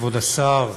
כבוד השר,